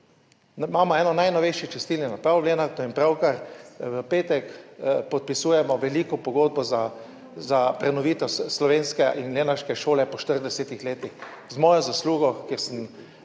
Imamo eno najnovejših čistilnih naprav v Lenartu in pravkar, v petek, podpisujemo veliko pogodbo za prenovitev slovenske lenarške šole po 40 letih, z mojo zaslugo, ker sem